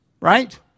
right